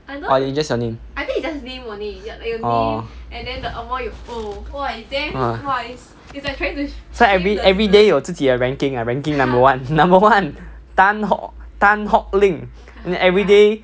oh just your name orh !wah! so every everyday 有自己的 ranking ah ranking number one number one tan hock tan hock link then everyday